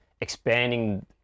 expanding